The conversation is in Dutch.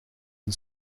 een